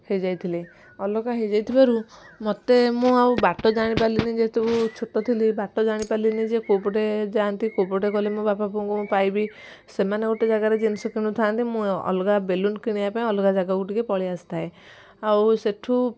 ହେଇ ଯାଇଥିଲି ଅଲଗା ହୋଇ ଯାଇଥିବାରୁ ମୋତେ ମୁଁ ଆଉ ବାଟ ଜାଣିପାରିଲିନି ଯେହେତୁ ଛୋଟ ଥିଲି ବାଟ ଜାଣିପାରିଲିନି ଯେ କେଉଁପଟେ ଯାଆନ୍ତି କେଉଁପଟେ ଗଲେ ମୋ ବାପା ବୋଉଙ୍କୁ ପାଇବି ସେମାନେ ଗୋଟେ ଜାଗାରେ ଜିନିଷ କିଣୁଥାନ୍ତି ମୁଁ ଅଲଗା ବେଲୁନ୍ କିଣିବା ପାଇଁ ଅଲଗା ଜାଗାକୁ ଟିକେ ପଳାଇ ଆସିଥାଏ ଆଉ ସେଠୁ